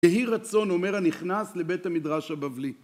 יהי רצון, אומר הנכנס לבית המדרש הבבלי.